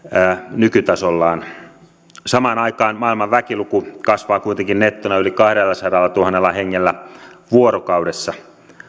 nykytasollaan samaan aikaan maailman väkiluku kasvaa kuitenkin nettona yli kahdellasadallatuhannella hengellä vuorokaudessa